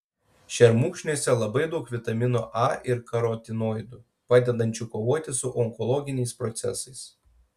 šermukšniuose labai daug vitamino a ir karotinoidų padedančių kovoti su onkologiniais procesais